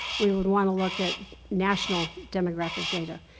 we would want to look at national demographic data.